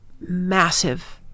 massive